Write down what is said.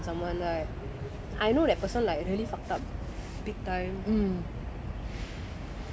when when I see my boss like shout at someone right I know that person really fuck up big time